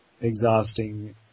exhausting